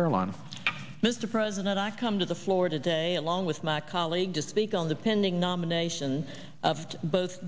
carolina mr president i come to the floor today along with my colleague to speak on the pending nomination both